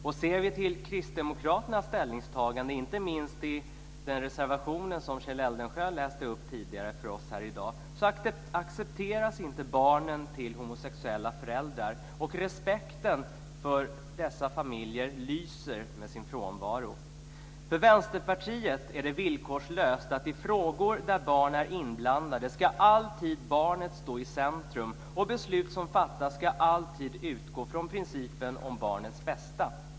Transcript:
Och ser vi till kristdemokraternas ställningstagande - och inte minst den reservation som Kjell Eldensjö läste upp för oss tidigare här i dag - accepteras inte barnen till homosexuella föräldrar, och respekten för dessa familjer lyser med sin frånvaro. För Vänsterpartiet är det villkorslöst att barnet alltid ska stå i centrum i frågor där barn är inblandade och att beslut som fattas alltid ska utgå från principen om barnets bästa.